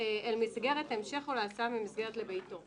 "אל מסגרת המשך או להסעה ממסגרת לביתו".